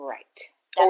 Right